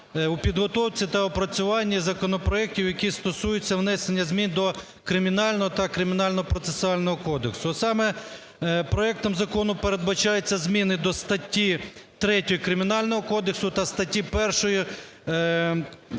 у підготовці та опрацюванні законопроектів, які стосуються внесення змін до Кримінального та Кримінально-процесуального кодексу. А саме: проектом закону передбачаються зміни до статті 3 Кримінального кодексу та статті 1… вірніше, Кримінального кодексу